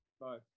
Bye